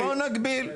בוא נגביל.